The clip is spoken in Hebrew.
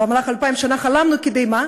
במהלך אלפיים שנה חלמנו, על מה?